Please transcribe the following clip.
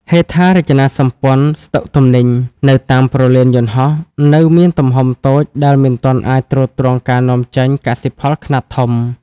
ហេដ្ឋារចនាសម្ព័ន្ធស្តុកទំនិញនៅតាមព្រលានយន្តហោះ នៅមានទំហំតូចដែលមិនទាន់អាចទ្រទ្រង់ការនាំចេញកសិផលខ្នាតធំ។